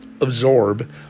absorb